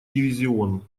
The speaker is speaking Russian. дивизион